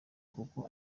kuko